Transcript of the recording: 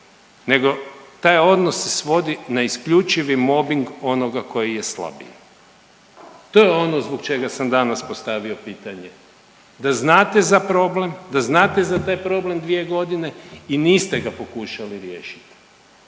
nego taj odnos se svodi na isključivi mobing onoga koji je slabiji. To je ono zbog čega sam danas postavio pitanje da znate za problem, da znate za taj problem dvije godine i niste ga pokušali riješiti.